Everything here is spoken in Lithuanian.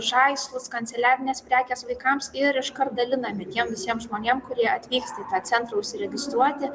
žaislus kanceliarines prekes vaikams ir iškart daliname tiem visiem žmonėm kurie atvyksta į tą centrą užsiregistruoti